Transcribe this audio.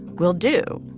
will do.